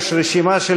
יש רשימה של